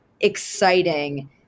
exciting